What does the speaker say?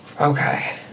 Okay